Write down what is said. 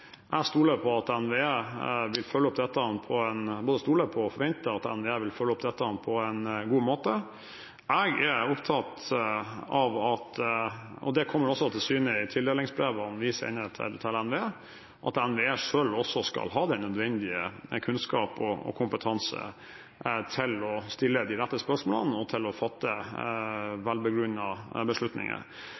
Jeg både stoler på og forventer at NVE vil følge opp dette på en god måte. Jeg er opptatt av – og det kommer også til syne i tildelingsbrevene vi sender til NVE – at NVE selv også skal ha den nødvendige kunnskap og kompetanse til å stille de rette spørsmålene og til å fatte velbegrunnede beslutninger.